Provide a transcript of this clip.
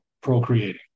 procreating